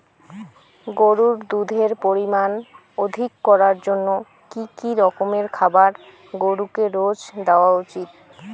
গরুর দুধের পরিমান অধিক করার জন্য কি কি রকমের খাবার গরুকে রোজ দেওয়া উচিৎ?